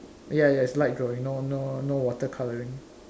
ya ya it's light drawing no no no water colouring